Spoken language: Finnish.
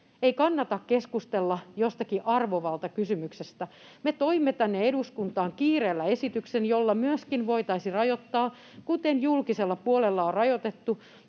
ei kannata keskustella jostakin arvovaltakysymyksestä. Me toimme tänne eduskuntaan kiireellä esityksen, jolla voitaisiin rajoittaa, kuten julkisella puolella on rajoitettu,